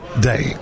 day